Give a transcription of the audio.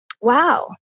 wow